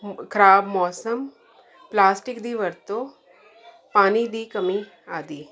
ਖਰਾਬ ਮੌਸਮ ਪਲਾਸਟਿਕ ਦੀ ਵਰਤੋਂ ਪਾਣੀ ਦੀ ਕਮੀ ਆਦਿ